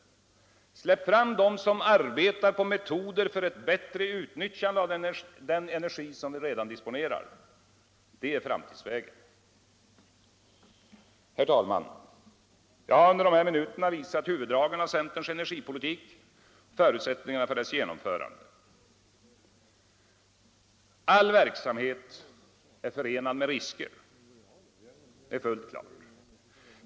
Släpp fram dem som arbetar på metoder för ett bättre utnyttjande av den energi som vi redan disponerar! Det är framtidsvägen. Herr talman! Jag har under de här minuterna redovisat huvuddragen av centerns energipolitik och förutsättningarna för dess genomförande. All verksamhet är förenad med risker — det är fullt klart.